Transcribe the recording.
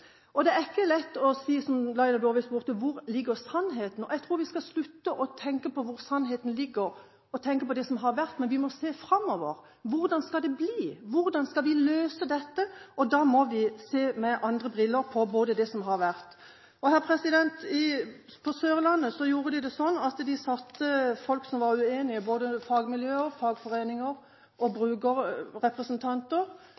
Det er de ikke. De kom senest i gang i Oslo. Det er ikke lett å svare Laila Dåvøy på spørsmålet: Hvor ligger sannheten? Jeg tror vi skal slutte å tenke på hvor sannheten ligger, tenke på det som har vært. Vi må se framover. Hvordan skal det bli? Hvordan skal vi løse dette? Da må vi se på dette med andre briller. På Sørlandet gjorde de det sånn at de plasserte folk som var uenige, både fagmiljøer, fagforeninger og